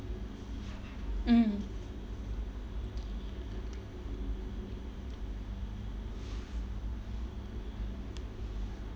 mm